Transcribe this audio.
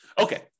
Okay